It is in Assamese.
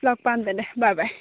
লগ পাম তেন্তে বাই বাই